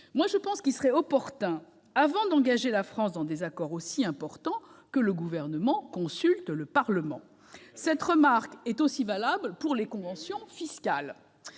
particulier, il serait opportun qu'avant d'engager la France dans des accords aussi importants le Gouvernement consulte le Parlement. Eh oui ! Cette remarque est aussi valable pour les conventions fiscales.